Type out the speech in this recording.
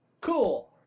cool